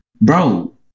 bro